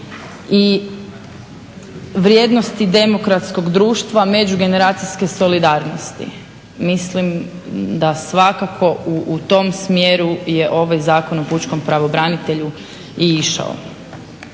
i vrijednosti demokratskog društva, međugeneracijske solidarnosti. Mislim da svakako u tom smjeru je ovaj Zakon o pučkom pravobranitelju i išao.